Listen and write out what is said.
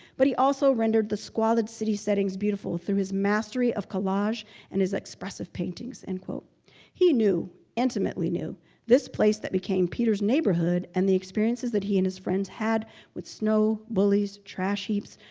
but he also rendered the squalid city settings beautiful through his mastery of collage and his expressive painting. so and he knew intimately knew this place that became peter's neighborhood and the experiences that he and his friends had with snow, bullies, trash heaps,